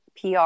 PR